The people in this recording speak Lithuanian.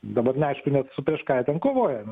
dabar neaišku net su prieš ką jie ten kovoja nu